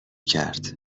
کرد